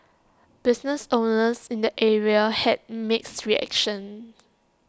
business owners in the area had mixed reactions